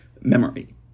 memory